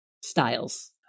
styles